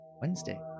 Wednesday